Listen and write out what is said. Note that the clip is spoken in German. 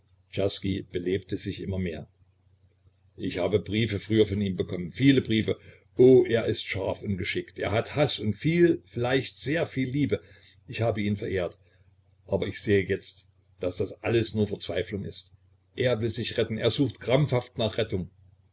belebte sich immer mehr ich habe briefe früher von ihm bekommen viele briefe o er ist scharf und geschickt er hat haß und viel vielleicht sehr viel liebe ich habe ihn verehrt aber ich sehe jetzt daß das alles nur verzweiflung ist er will sich retten er sucht krampfhaft nach rettung